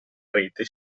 rete